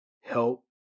help